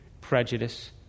prejudice